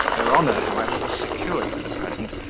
her honour, however, was secured for the present,